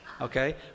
Okay